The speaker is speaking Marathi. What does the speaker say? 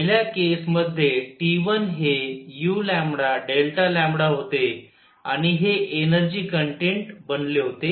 पहिल्या केस मध्ये T1 हे u होते आणि हे एनर्जी कन्टेन्ट बनले होते